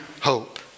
hope